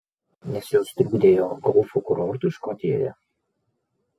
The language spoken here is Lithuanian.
nes jos trukdė jo golfo kurortui škotijoje